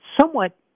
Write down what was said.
somewhat –